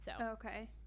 Okay